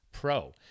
Pro